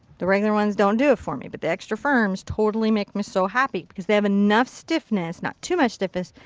the regular ones don't do it for me, but the extra firm totally make me so happy because they have enough stiffness, not too much stiffness,